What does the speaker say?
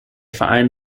verein